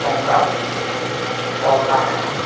ᱚᱱᱠᱟ ᱚᱞ ᱛᱟᱦᱮᱱᱟ